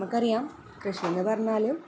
നമുക്കറിയാം കൃഷിയെന്ന് പറഞ്ഞാൽ